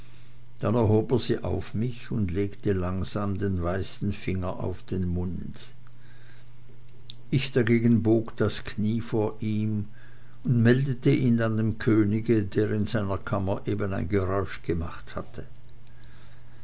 dann erhob er sie auf mich und legte langsam den weißen finger auf den mund ich dagegen bog das knie vor ihm und meldete ihn dann dem könige der in seiner kammer eben ein geräusch gemacht hatte